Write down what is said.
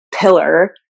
pillar